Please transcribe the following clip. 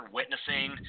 witnessing